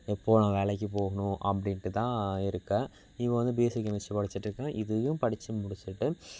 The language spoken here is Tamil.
எப்போது நான் வேலைக்கு போகணும் அப்படின்னுட்டு தான் இருக்கேன் இவன் வந்து பிஎஸ்சி கெமிஸ்ட்ரி படிச்சுட்டு இருக்கான் இதையும் படித்து முடிச்சுட்டு